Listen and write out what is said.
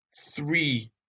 three